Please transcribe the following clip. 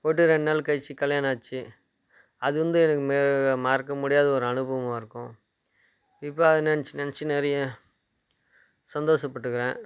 போய்ட்டு ரெண்டு நாள் கழிச்சி கல்யாணம் ஆச்சு அது வந்து எனக்கு ம மறக்க முடியாத ஒரு அனுபவமாக இருக்கும் இப்போ அதை நெனைச்சி நெனைச்சி நிறைய சந்தோஷப்பட்டுக்கிறேன்